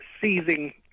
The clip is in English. seizing